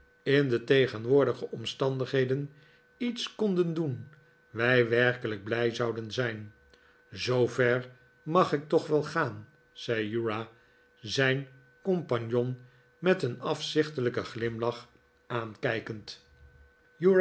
in de tegenwoordige omstandigheden iets konden doen wij werkelijk blij zouden zijn zoover mag ik toch wel gaan zei uriah zijn compagnon met een afzichtelijkeh glimlach aankijkend